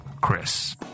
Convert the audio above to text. Chris